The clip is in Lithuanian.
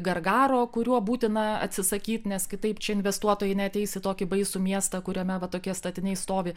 gargaro kuriuo būtina atsisakyt nes kitaip čia investuotojai neateis į tokį baisų miestą kuriame va tokie statiniai stovi